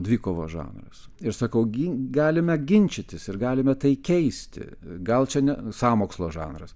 dvikovos žanras ir sakau gi galime ginčytis ir galime tai keisti gal čia ne sąmokslo žanras